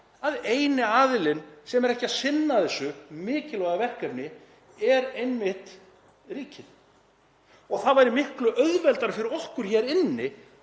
að eini aðilinn sem er ekki að sinna þessu mikilvæga verkefni er einmitt ríkið. Það væri miklu auðveldara fyrir okkur hér inni